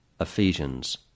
Ephesians